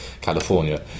California